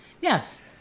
Yes